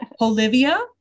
Olivia